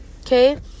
Okay